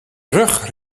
rug